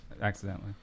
accidentally